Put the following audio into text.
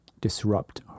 disrupt